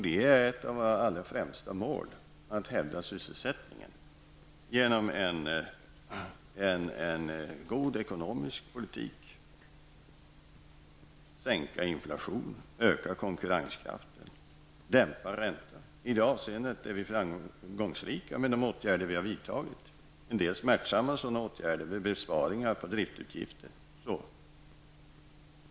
Det är ett av våra allra främsta mål, att hävda sysselsättningen genom en god ekonomisk politik, genom att sänka inflationen, öka konkurrenskraften och dämpa räntan. I det avseendet är vi framgångsrika i de åtgärder vi har vidtagit. En del sådana åtgärder har varit smärtsamma, med besparingar på driftsutgifter.